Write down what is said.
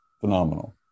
Phenomenal